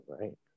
right